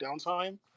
downtime